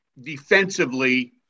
defensively